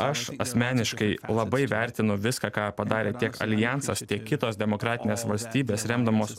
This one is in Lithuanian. aš asmeniškai labai vertinu viską ką padarė tiek aljansas tiek kitos demokratinės valstybės remdamos